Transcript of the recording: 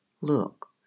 Look